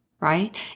right